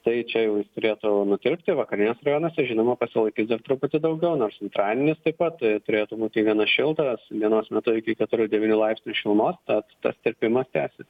tai čia jau jis turėtų nutirpti vakariniuose rajonuose žinoma pasilaikys dar truputį daugiau nors antradienis taip pat turėtų būti gana šiltas dienos metu iki keturių devynių laipsnių šilumos tad tas tirpimas tęsis